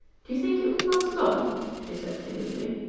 do you think it will last long she said timidly.